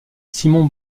simon